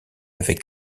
avec